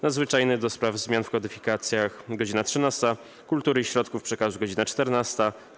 Nadzwyczajnej do spraw zmian w kodyfikacjach - godz. 13, - Kultury i Środków Przekazu - godz. 14,